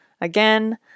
again